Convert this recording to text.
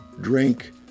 drink